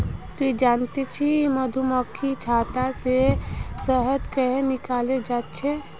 ती जानछि मधुमक्खीर छत्ता से शहद कंन्हे निकालाल जाच्छे हैय